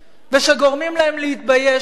ושגורמים להם להתבייש בה.